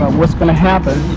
what's going to happen